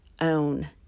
own